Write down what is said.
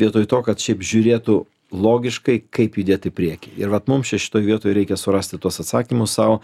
vietoj to kad šiaip žiūrėtų logiškai kaip judėt į priekį ir vat mums čia šitoj vietoj reikia surasti tuos atsakymus sau